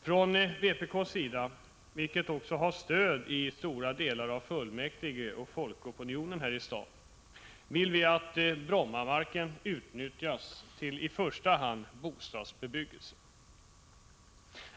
Vi i vpk, som också har stöd i stora delar av fullmäktige och folkopinionen här i staden, vill att Brommamarken nyttjas till i första hand bostadsbebyggelse.